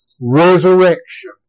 resurrection